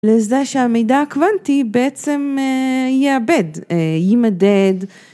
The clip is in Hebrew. לזה שהמידע הקוונטי בעצם יעבד, יימדד.